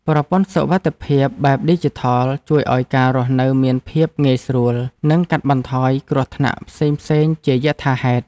ប្រព័ន្ធសុវត្ថិភាពបែបឌីជីថលជួយឱ្យការរស់នៅមានភាពងាយស្រួល និងកាត់បន្ថយគ្រោះថ្នាក់ផ្សេងៗជាយថាហេតុ។